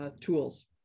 tools